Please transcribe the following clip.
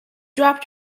dropped